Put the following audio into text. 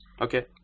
Okay